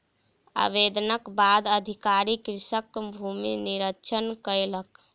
आवेदनक बाद अधिकारी कृषकक भूमि निरिक्षण कयलक